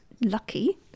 lucky